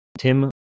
Tim